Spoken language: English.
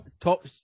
Top